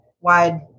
wide